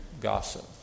gossip